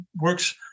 works